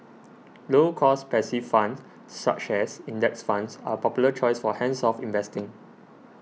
low cost passive funds such as index funds are popular choice for hands off investing